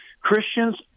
Christians